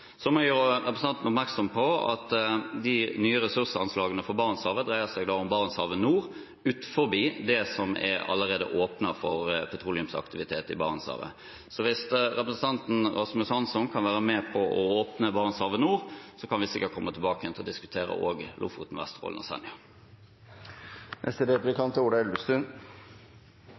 må gjøre representanten oppmerksom på at de nye ressursanslagene for Barentshavet dreier seg om Barentshavet nord, utenfor det området som allerede er åpnet for petroleumsaktivitet i Barentshavet. Så hvis representanten Rasmus Hansson kan være med på åpne Barentshavet nå, kan vi sikkert komme tilbake til også å diskutere Lofoten, Vesterålen og Senja. Statsråden etterlyste kunnskap. Vi har mye kunnskap om naturkvaliteten utenfor Lofoten, Vesterålen og Senja, enten det er